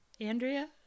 andrea